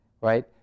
right